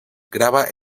graba